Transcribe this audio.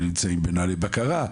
הם נמצאים בנוהלי בקרה.